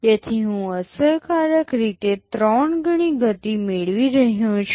તેથી હું અસરકારક રીતે ૩ ગણી ગતિ મેળવી રહ્યો છું